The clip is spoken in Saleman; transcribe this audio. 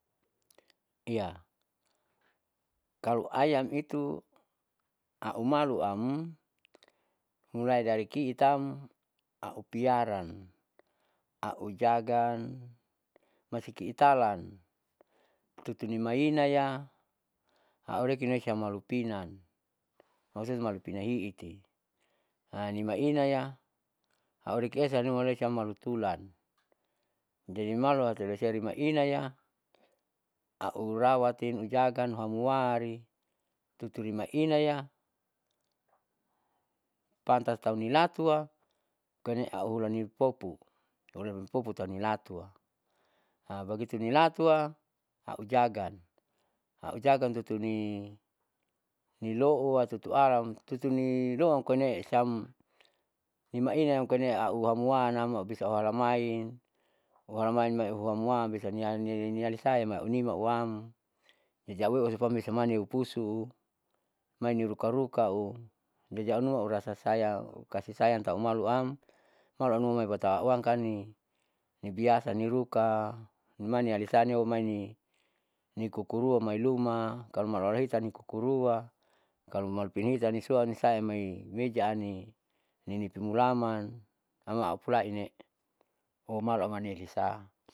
Iya kalo ayam itu au maluam mulai dari kiitam aupiaran, aujagan, masikiitalan tutuni mainaya aurekini siam malupinan malu pinahiiti. Hanimainaya aureki esa anuma siam malu tulan. jadi malu atorisia mainaya aurawatin, aujagan hamuari tuturi mainaya pantas taunilatua koine auhulan nipopu hulanipopu tau nilatua. bagitu nilatua aujagan aujagan tutuni nilouwa tutu alan tutuni lowam koinee siam nimainaya koine auhamuan auma bisani halamai auhalamain uhamuam bisa ni nialisa yamai auninu auwam jauwe usupane upusu mainiruka ruka ojadi aunuma aurasa sayang kasih sayang tau maluam. Maluam numa maibatam auankanni nibiasa niluka nimanialisa nioi nimaini nikukurua mailuma. Kalo malu alahiitam ni kukurua kalo malu pinahiit siam ni sua nisaya amoi mejani nipimulaman auharuma aupulaine oumala mani aumalisa.